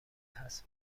هست